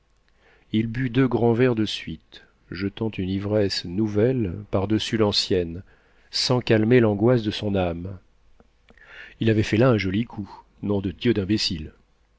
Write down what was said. il but deux grands verres de suite jetant une ivresse nouvelle par-dessus l'ancienne sans calmer l'angoisse de son âme il avait fait là un joli coup nom de dieu d'imbécile